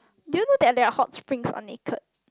do you know that there are hot springs are naked